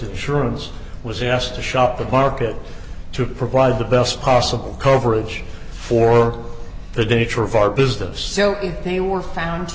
insurance was asked to shop at market to provide the best possible coverage for the denature of our business so they were found